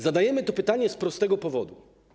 Zadajemy to pytanie z prostego powodu.